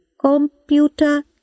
Computer